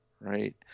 right